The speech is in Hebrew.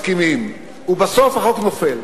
מסכימים, ובסוף החוק נופל.